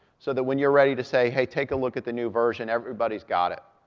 so that when you're ready to say, hey, take a look at the new version, everybody's got it.